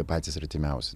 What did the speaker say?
patys artimiausi